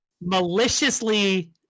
maliciously